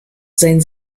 sein